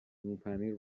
نونپنیر